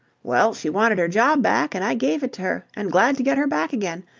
well, she wanted her job back and i gave it to her, and glad to get her back again.